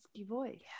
voice